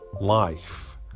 life